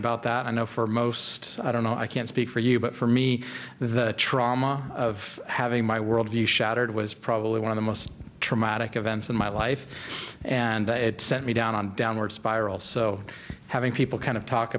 about that i know for most i don't know i can't speak for you but for me the trauma of having my worldview shattered was probably one of the most traumatic events of my life and it sent me down on downward spiral so having people kind of talk